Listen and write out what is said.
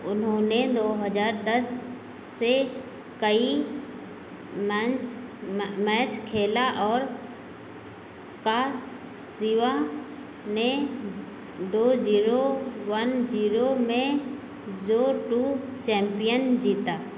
उन्होंने दो हजार दस से कई मैच खेला और काशिवा ने दो जीरो वन जीरो में जो टू चैम्पियन जीता